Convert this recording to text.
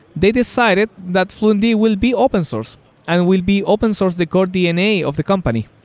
they decided that fluentd will be open-source and will be open-source the core dna of the company.